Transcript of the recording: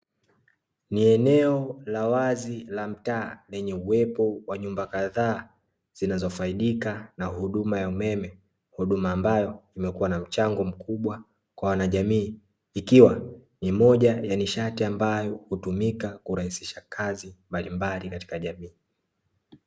Ni eneo la wazi la mtaa lenye uwepo wa nyumba kadhaa zinazofaidika na huduma ya umeme. Huduma ambayo imekuwa na mchango mkubwa kwa wanajamii ikiwa ni moja ya nishati ambayo hutumika kurahisisha kazi mbalimbali katika jamii.